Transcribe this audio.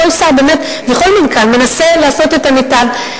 כל שר וכל מנכ"ל מנסה לעשות את המיטב,